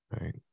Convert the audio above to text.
right